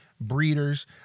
breeders